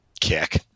Kick